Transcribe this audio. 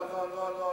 לא לא,